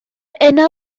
yna